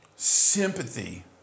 Sympathy